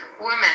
women